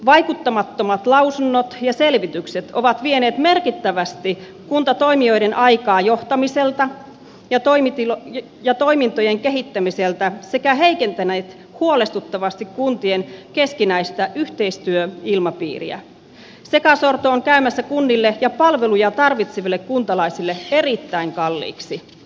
vai temattomat lausunnot ja selvitykset ovat vieneet merkittävästi kuntatoimijoiden aikaa johtamiselta ja toimitila ja toimintojen kehittämiseltä sekä heikentäneet huolestuttavasti kuntien keskinäistä yhteistyön ilmapiiriä ja taso on jäämässä kunnille ja palveluja tarvitseville kuntalaisille erittäin kalliiksi